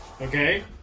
Okay